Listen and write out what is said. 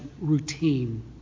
routine